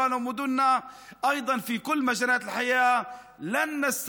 ובפשיעה יהיה נושא חירום לאומי מספר אחת.